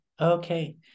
Okay